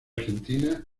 argentina